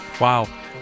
Wow